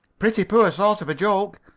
pretty poor sort of a joke,